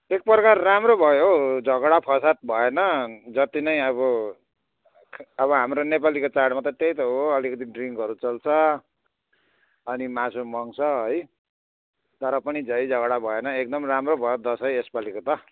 एकप्रकार राम्रै भयो हौ झगडा फसाद भएन जति नै अब अब हाम्रो नेपालीको चाडमा त त्यही त हो अलिकति ड्रिङ्कहरू चल्छ अनि मासु मङ्स है तर पनि झैझगडा भएन एकदम राम्रो भयो दसैँ यसपालिको त